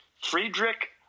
Friedrich